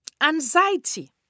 Anxiety